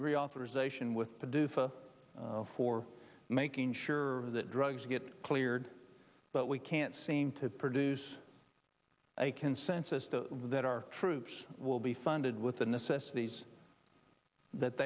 reauthorization with paducah for making sure that drugs get cleared but we can't seem to produce a consensus to that our troops will be funded with the necessities that